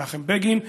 מנחם בגין,